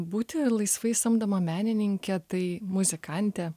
būti laisvai samdoma menininke tai muzikante